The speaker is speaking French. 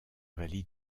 vallée